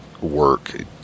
work